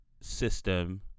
system